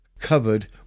covered